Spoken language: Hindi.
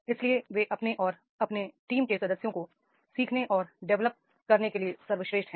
इसलिए वे अपने और अपने टीम के सदस्यों को सीखने और डेवलप करने के लिए सर्वश्रेष्ठ हैं